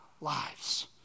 lives